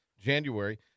January